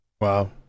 wow